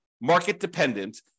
market-dependent